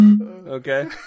Okay